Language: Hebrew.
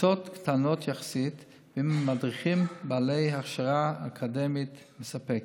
בקבוצות קטנות יחסית ועם מדריכים בעלי הכשרה אקדמית מספקת.